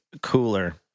cooler